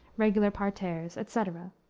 regular parterres, etc,